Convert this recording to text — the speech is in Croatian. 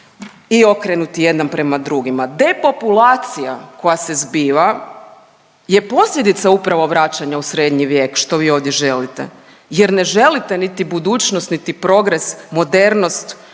i okrenuti jedan prema drugima. Depopulacija koja se zbiva je posljedica upravo vraćanja u srednji vijek što vi ovdje želite jer ne želite niti budućnost niti progres, modernost.